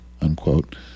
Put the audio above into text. unquote